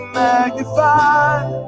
magnified